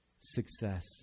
success